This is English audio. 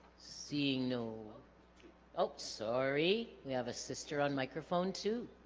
seeing no oh sorry we have a sister on microphone too